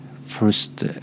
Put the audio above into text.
first